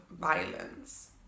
violence